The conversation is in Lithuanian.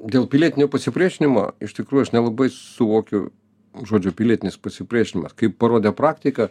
dėl pilietinio pasipriešinimo iš tikrųjų aš nelabai suvokiu žodžiu pilietinis pasipriešinimas kaip parodė praktika